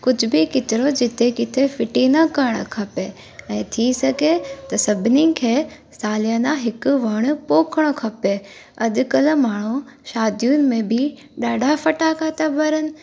कुझु बि किचिरो जिते किथे फिटी न करणु खपे ऐं थी सघे त सभिनी खे सालयाना हिकु वण पोखणु खपे अॼुकल्ह माण्हू शादियुनि में बि ॾाढा फटाका था ॿारनि